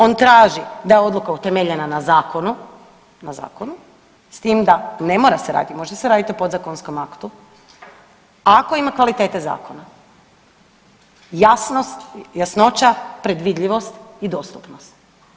On traži da je odluka utemeljena na zakonu, na zakonu, s tim da ne mora se raditi može se raditi o podzakonskom aktu ako ima kvalitete zakona, jasnost, jasnoća, predvidljivost i dostupnost.